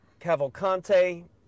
Cavalcante